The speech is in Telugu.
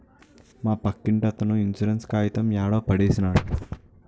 మా పక్కింటతను ఇన్సూరెన్స్ కాయితం యాడో పడేసినాడు